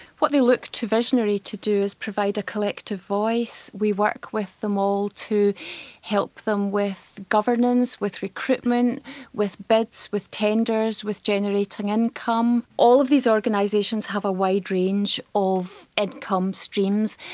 what they look to visionary to do is provide a collective voice. we work with them all to help them with governance, with recruitment with bids, with tenders, with generating income. all of these organisations have a wide range of and income streams,